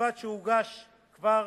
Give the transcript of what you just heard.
ובלבד שהוגש כבר